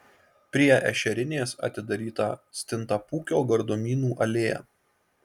prie ešerinės atidaryta stintapūkio gardumynų alėja